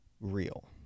real